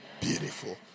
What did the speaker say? Beautiful